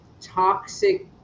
toxic